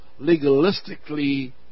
legalistically